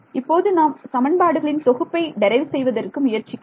இப்போது நாம் சமன்பாடுகளின் தொகுப்பை டெரைவ் செய்வதற்கு முயற்சிக்கலாம்